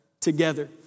together